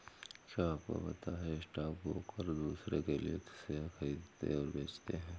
क्या आपको पता है स्टॉक ब्रोकर दुसरो के लिए शेयर खरीदते और बेचते है?